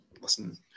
listen